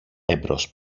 εμπρός